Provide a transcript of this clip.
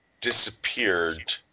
disappeared